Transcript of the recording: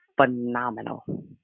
phenomenal